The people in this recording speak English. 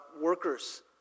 workers